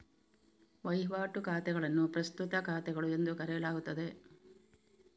ವಹಿವಾಟು ಖಾತೆಗಳನ್ನು ಪ್ರಸ್ತುತ ಖಾತೆಗಳು ಎಂದು ಕರೆಯಲಾಗುತ್ತದೆ